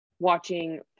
watching